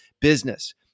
business